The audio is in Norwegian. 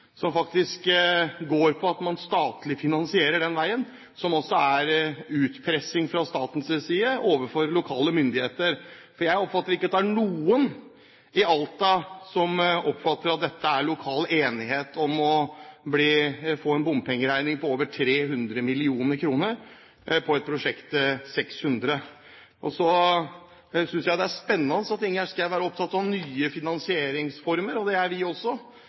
som faktisk går på statlig finansiering av den veien, der det altså er utpressing fra statens side overfor lokale myndigheter. For jeg oppfatter ikke at det er noen i Alta som mener at det er lokal enighet om å få en bompengeregning på over 300 mill. kr på et prosjekt til ca. 600 mill. kr. Så synes jeg det er spennende at Ingjerd Schou er opptatt av nye finansieringsformer. Det er vi også.